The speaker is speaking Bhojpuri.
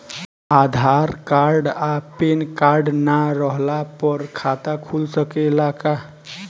आधार कार्ड आ पेन कार्ड ना रहला पर खाता खुल सकेला का?